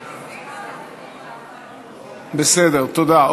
בסדר, תודה.